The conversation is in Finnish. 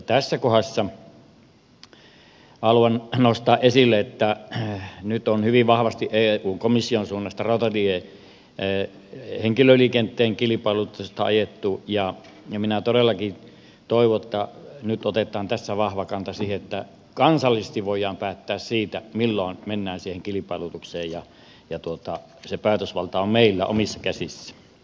tässä kohdassa haluan nostaa esille että nyt on hyvin vahvasti eun komission suunnasta rautatiehenkilöliikenteen kilpailutusta ajettu ja minä todellakin toivon että nyt otetaan tässä vahva kanta siihen että kansallisesti voidaan päättää siitä milloin mennään siihen kilpailutukseen ja se päätösvalta on meillä omissa käsissä